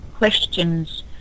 Questions